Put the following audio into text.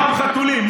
פעם חתולים.